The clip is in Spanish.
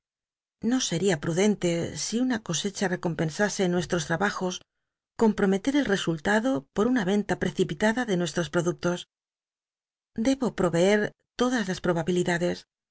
no seria pl'udente si una buena cosecha recompensase nuestros trabajos compromelcr el resultado por una y cnla precipitada de nucstos productos debo ptcvect todas las probabilidades